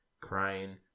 crying